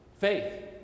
Faith